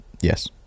yes